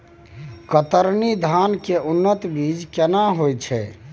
कतरनी धान के उन्नत बीज केना होयत छै?